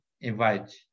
invite